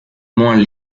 moins